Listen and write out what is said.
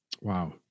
Wow